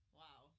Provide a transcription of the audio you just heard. wow